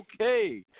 Okay